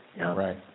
Right